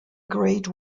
grade